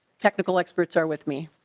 technical experts are with me.